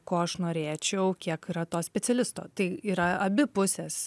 ko aš norėčiau kiek yra to specialisto tai yra abi pusės